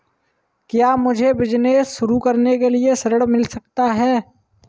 क्या मुझे बिजनेस शुरू करने के लिए ऋण मिल सकता है?